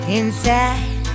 inside